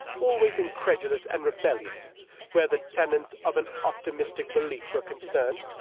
always incredulous and rebellious where the tenets of an op timistic belief were concerned,